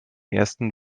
ersten